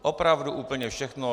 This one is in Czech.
Opravdu úplně všechno.